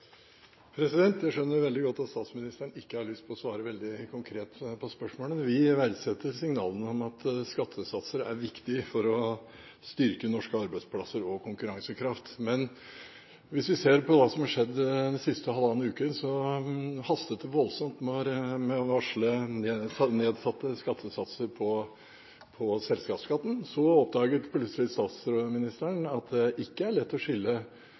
Jeg skjønner veldig godt at statsministeren ikke har lyst til å svare veldig konkret på spørsmålet. Vi verdsetter signalene om at skattesatser er viktige for å styrke norske arbeidsplasser og konkurransekraft, men hvis vi ser på det som har skjedd den siste halvannen uke, hastet det voldsomt med å varsle nedsatte skattesatser på selskapsskatten. Så oppdaget plutselig statsministeren at det ikke er lett å